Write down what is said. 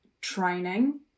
training